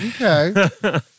Okay